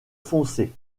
foncé